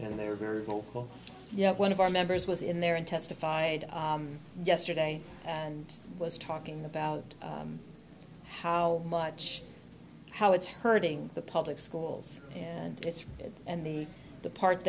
and they were very vocal you know one of our members was in there and testified yesterday and was talking about how much how it's hurting the public schools and it's good and the the part